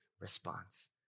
response